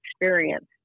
experience